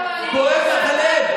כואב לך הלב?